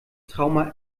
trauma